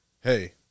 hey